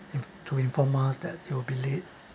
to inform us that you'll be late